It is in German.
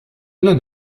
online